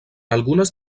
algunes